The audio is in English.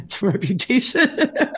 reputation